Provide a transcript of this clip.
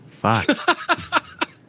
Fuck